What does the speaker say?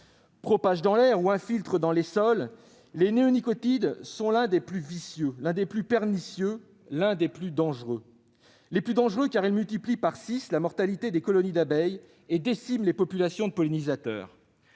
propage dans l'air ou infiltre dans les sols, les néonicotinoïdes sont l'un des plus vicieux, l'un des plus pernicieux, l'un des plus dangereux. Le plus dangereux, car il multiplie par six la mortalité des colonies d'abeilles et décime les populations de pollinisateurs.